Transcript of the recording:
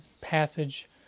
passage